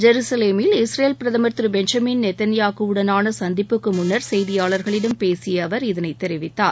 ஜெருசலேமில் Israel பிரதமா் திரு Benjamin நேதன்யாகுவுடனான சந்திப்புக்கு முன்னா் செய்தியாளர்களிடம் பேசிய அவர் இதனை தெரிவித்தார்